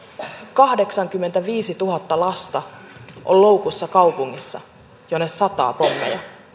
kahdeksankymmentäviisituhatta lasta on loukussa kaupungissa jonne sataa pommeja